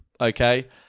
Okay